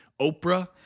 Oprah –